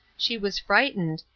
she was frightened,